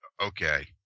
okay